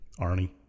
Arnie